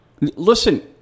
Listen